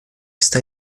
está